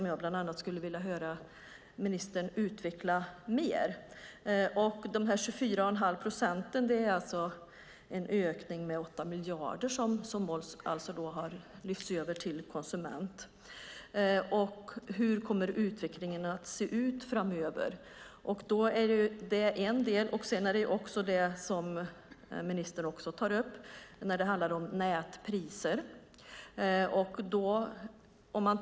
Bland annat detta skulle jag vilja höra ministern utveckla mer. De 24,5 procenten betyder en ökning med 8 miljarder kronor, något som lyfts över till konsumenten. Hur kommer utvecklingen framöver att se ut? Det här är en del. Vidare har vi det som ministern tar upp när det gäller nätpriserna.